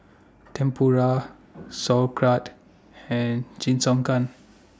Tempura Sauerkraut and Jingisukan